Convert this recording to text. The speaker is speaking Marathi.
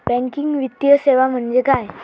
बँकिंग वित्तीय सेवा म्हणजे काय?